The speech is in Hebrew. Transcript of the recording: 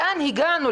לאן הגענו?